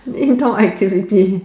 indoor activity